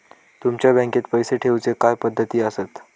तुमच्या बँकेत पैसे ठेऊचे काय पद्धती आसत?